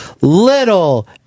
Little